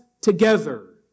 together